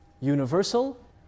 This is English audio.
universal